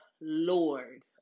Lord